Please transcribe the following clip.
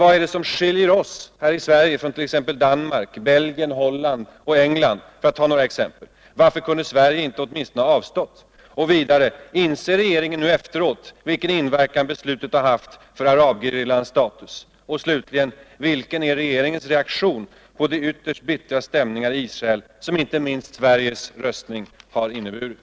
Vad är det nu som skiljer oss här i Sverige från Danmark, Belgien, Holland, England, för att ta några exempel? Varför kunde Sverige inte åtminstone ha avstått? Och vidare: Inser regeringen nu efteråt vilken inverkan beslutet haft för arabgerillans status? Och slutligen: Vilken är regeringens reaktion på de ytterst bittra stämningar i Israel som inte minst Sveriges röstning har inneburit?